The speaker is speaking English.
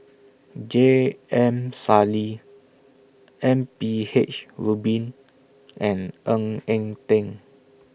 J M Sali M B H Rubin and Ng Eng Teng